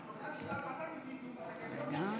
לא יודע.